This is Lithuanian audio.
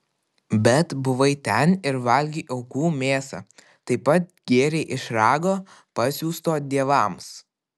bet buvai ten ir valgei aukų mėsą taip pat gėrei iš rago pasiųsto dievams